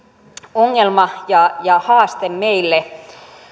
ongelma ja ja haaste meille